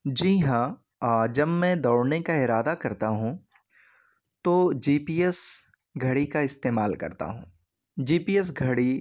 جی ہاں آ جم میں دوڑنے کا ارادہ کرتا ہوں تو جی پی ایس گھڑی کا استعمال کرتا ہوں جی پی ایس گھڑی